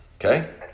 Okay